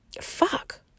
fuck